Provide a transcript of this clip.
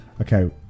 Okay